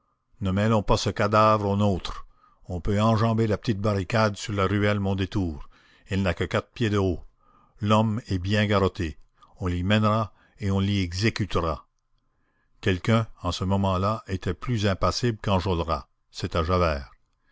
ne mêlons pas ce cadavre aux nôtres on peut enjamber la petite barricade sur la ruelle mondétour elle n'a que quatre pieds de haut l'homme est bien garrotté on l'y mènera et on l'y exécutera quelqu'un en ce moment-là était plus impassible qu'enjolras c'était javert